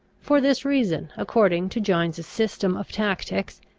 for this reason, according to gines's system of tactics,